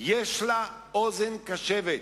יש לה אוזן קשבת,